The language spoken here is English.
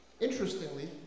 Interestingly